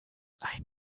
ein